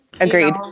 Agreed